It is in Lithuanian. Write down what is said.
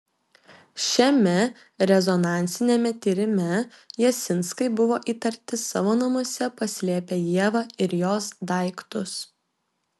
šiame rezonansiniame tyrime jasinskai buvo įtarti savo namuose paslėpę ievą ir jos daiktus